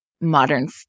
modern